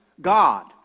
God